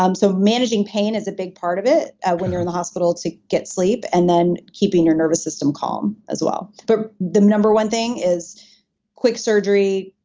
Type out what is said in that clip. um so managing pain is a big part of it when you're in the hospital to get sleep and then keeping your nervous system calm as well. but the number one thing is quick surgery,